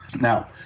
Now